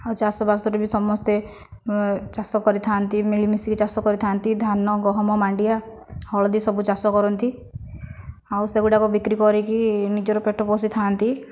ଆଉ ଚାଷବାସରେ ବି ସମସ୍ତେ ଚାଷ କରିଥା'ନ୍ତି ମିଳିମିଶିକି ଚାଷ କରିଥା'ନ୍ତି ଧାନ ଗହମ ମାଣ୍ଡିଆ ହଳଦୀ ସବୁ ଚାଷ କରନ୍ତି ଆଉ ସେ ଗୁଡ଼ାକ ବିକ୍ରି କରିକି ନିଜର ପେଟ ପୋଷିଥା'ନ୍ତି